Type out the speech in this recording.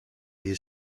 you